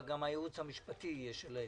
גם הייעוץ המשפטי שלהם יהיה.